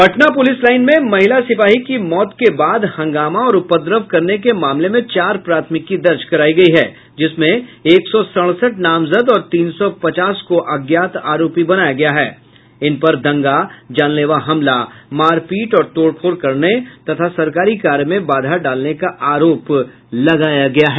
Patna police line में महिला सिपाही की मौत के बाद हंगामा और उपद्रव करने के मामले में चार प्राथमिकी दर्ज करायी गयी है जिसमें एक सौ सड़सठ नामजद और तीन सौ पचास को अज्ञात आरोपी बनाया गया है जिनपर दंगा जानलेवा हमला मारपीट और तोड़फोड़ करने तथा सरकारी कार्य में बाधा डालने का आरोप लगाया गया है